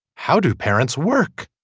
how do parents work.